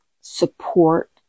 support